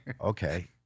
okay